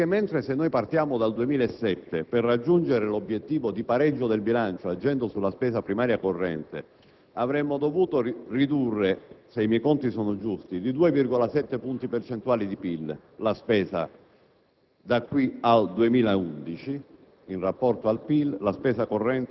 Ora, quello che risulta dalla Tavola 3, purtroppo, è che, mentre se fossimo partiti dal 2007 per raggiungere l'obiettivo di pareggio del bilancio agendo sulla spesa primaria corrente avremmo dovuto ridurre, se i miei conti sono giusti, di 2,7 punti percentuali di PIL la spesa da